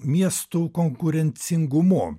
miestų konkurencingumu